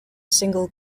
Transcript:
single